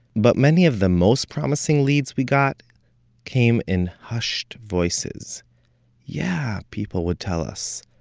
but many of the most promising leads we got came in hushed voices yeah, people would tell us,